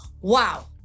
wow